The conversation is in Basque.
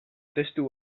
testu